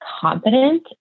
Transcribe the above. competent